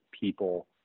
people